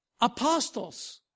apostles